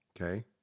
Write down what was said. Okay